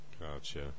Gotcha